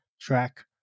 Track